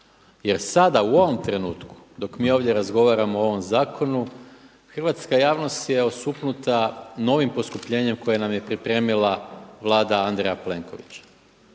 Jer sada u ovom trenutku dok mi ovdje razgovaramo o ovom zakonu hrvatska javnost je osuknuta novim poskupljenjem koje nam je pripremila Vlada Andrija Plenkovića.